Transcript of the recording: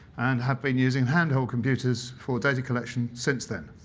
and have been using handheld computers for data collection since then.